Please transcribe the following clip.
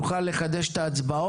אז נוכל לחדש את ההצבעות.